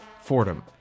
Fordham